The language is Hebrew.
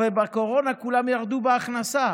הרי בקורונה כולם ירדו בהכנסה.